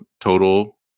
total